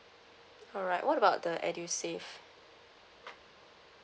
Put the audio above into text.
alright what about the edusave